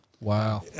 Wow